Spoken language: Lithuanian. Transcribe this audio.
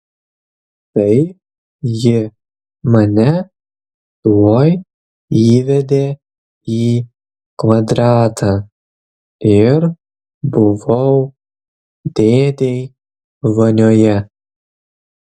tai ji mane tuoj įvedė į kvadratą ir buvau dėdėj vanioje